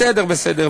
בסדר.